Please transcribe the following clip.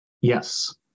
Yes